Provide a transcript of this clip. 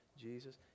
Jesus